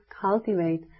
cultivate